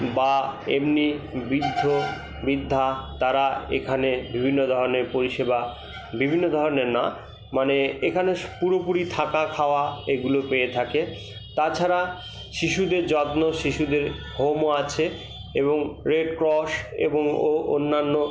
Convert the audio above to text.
বা এমনি বৃদ্ধ বৃদ্ধা তারা এখানে বিভিন্ন ধরনের পরিষেবা বিভিন্ন ধরনের না মানে এখানে পুরোপুরি থাকা খাওয়া এগুলো পেয়ে থাকে তাছাড়া শিশুদের যত্ন শিশুদের হোমও আছে এবং রেডক্রস এবং ও অন্যান্য